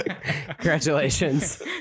Congratulations